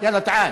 יאללה, תעאל,